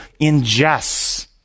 ingests